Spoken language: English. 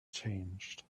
changed